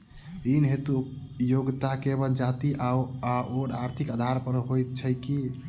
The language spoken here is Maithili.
ऋण हेतु योग्यता केवल जाति आओर आर्थिक आधार पर होइत छैक की?